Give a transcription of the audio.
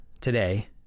today